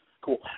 Cool